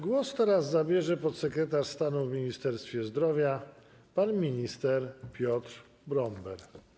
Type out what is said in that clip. Głos zabierze teraz podsekretarz stanu w Ministerstwie Zdrowia pan minister Piotr Bromber.